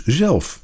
zelf